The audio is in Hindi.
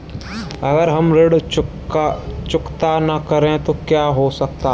अगर हम ऋण चुकता न करें तो क्या हो सकता है?